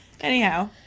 anyhow